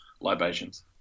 libations